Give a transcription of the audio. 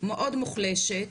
מאוד מוחלשת,